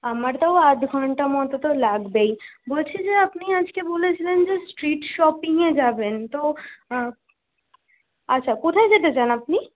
আমার তাও আধ ঘন্টা মতো তো লাগবেই বলছি যে আপনি আজকে বলেছিলেন যে স্ট্রিট শপিংয়ে যাবেন তো আচ্ছা কোথায় যেতে চান আপনি